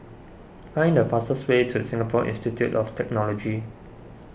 find the fastest way to Singapore Institute of Technology